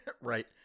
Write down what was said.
right